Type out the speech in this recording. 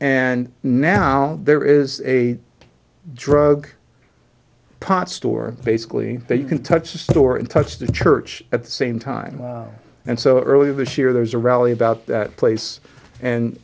and now there is a drug pot store basically that you can touch the store and touch the church at the same time and so earlier this year there was a rally about that place and